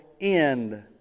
end